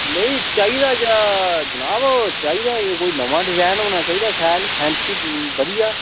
नेईं चाहिदा जनाब ओह् चाहिदा कोई नमां डजैन होना चाहिदा शैल फैंसी बधिया